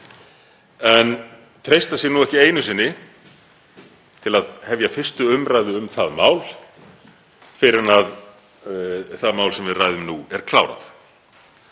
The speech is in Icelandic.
en treysta sér ekki einu sinni til að hefja 1. umr. um það mál fyrr en það mál sem við ræðum nú er klárað.